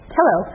Hello